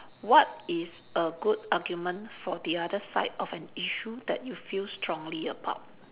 what is a good argument for the other side of an issue that you feel strongly about